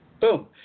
boom